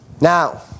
Now